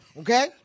okay